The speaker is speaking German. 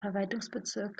verwaltungsbezirk